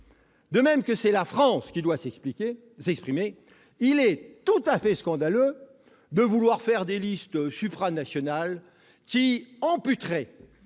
parce que c'est la France qui doit s'exprimer, il est tout aussi scandaleux de vouloir faire des listes supranationales qui amputeraient-